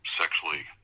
sexually